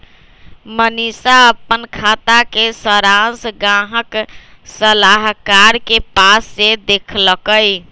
मनीशा अप्पन खाता के सरांश गाहक सलाहकार के पास से देखलकई